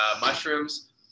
mushrooms